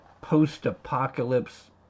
post-apocalypse